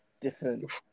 different